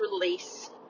release